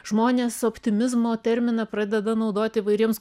žmonės optimizmo terminą pradeda naudot įvairiems